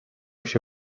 się